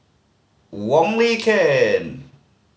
Wong Lin Ken